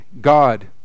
God